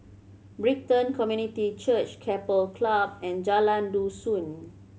Brighton Community Church Keppel Club and Jalan Dusun